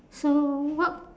so what